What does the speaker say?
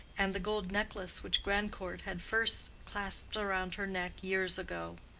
and the gold necklace which grandcourt had first clasped round her neck years ago.